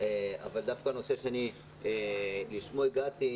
אבל דווקא נושא לשמו הגעתי,